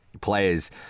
players